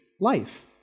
life